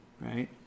Right